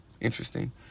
Interesting